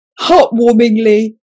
heartwarmingly